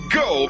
go